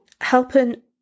helping